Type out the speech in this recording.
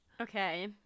Okay